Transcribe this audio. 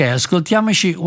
ascoltiamoci